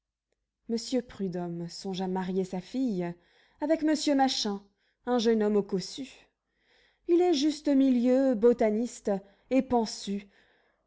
monsieur prudhomme songe à marier sa fille avec monsieur machin un jeune homme cossu il est juste-milieu botaniste et